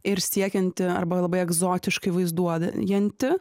ir siekianti arba labai egzotiškai vaizduodjanti